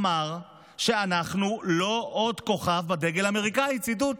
אמר שאנחנו "לא עוד כוכב בדגל האמריקאי" ציטוט.